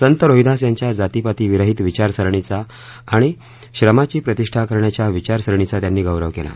संत रोहिदास यांच्या जातीपाती विरहित विचारसरणीचा आणि श्रमाची प्रतिष्ठा करण्याच्या विचारसरणीचा त्यांनी गौरव केला